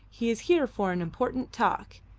he is here for an important talk,